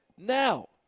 Now